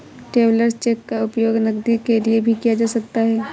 travellers cheque का उपयोग नकदी के लिए भी किया जा सकता है